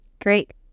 Great